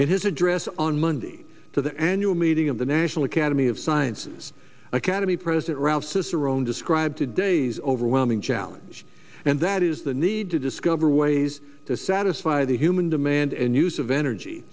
it his address on monday to the annual meeting of the national academy of sciences academy president ralph cicerone described today's overwhelming challenge and that is the need to discover ways to satisfy the human demand and use of energy